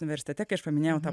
universitete kai aš paminėjau tą